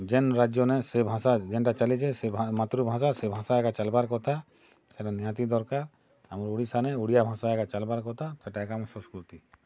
ଯେନ୍ ରାଜ୍ୟନେ ସେ ଭାଷା ଯେନ୍ଟା ଚାଲିଛେ ସେ ମାତୃଭାଷା ସେ ଭାଷା ଏକା ଚାଲ୍ବାର୍ କଥା ସେଟା ନିହାତି ଦର୍କାର୍ ଆମର୍ ଓଡ଼ିଶାନେ ଓଡ଼ିଆ ଭାଷା ଏକା ଚାଲ୍ବାର୍ କଥା ସେଟା ଏକା ଆମର୍ ସଂସ୍କୃତି